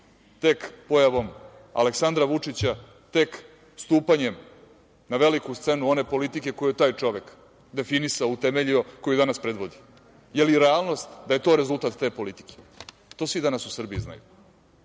tek pojavom Aleksandra Vučića, tek stupanjem na veliku scenu one politike koju je taj čovek definisao, utemeljio, koju nas danas predvodi? Da li je realnost da je to rezultat te politike? To svi danas u Srbiji znaju.